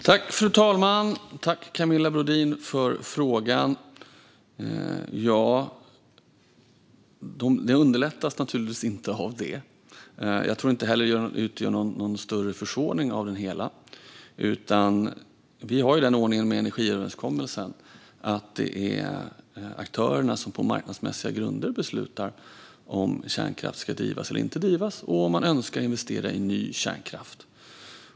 Fru talman! Tack, Camilla Brodin, för frågan! Det underlättas naturligtvis inte av det, men jag tror inte heller att det utgör något större försvårande av det hela. Vi har ju den ordningen med energiöverenskommelsen att det är aktörerna som på marknadsmässiga grunder beslutar om kärnkraft ska drivas eller inte drivas och om man önskar investera i ny kärnkraft.